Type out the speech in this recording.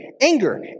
anger